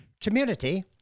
community